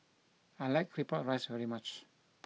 I like Claypot Rice very much